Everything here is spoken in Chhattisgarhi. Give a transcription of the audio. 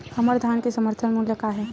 हमर धान के समर्थन मूल्य का हे?